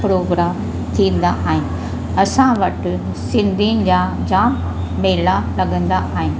programme थींदा आहिनि असां वटि सिंधिनि जा जाम मेला लॻंदा आहिनि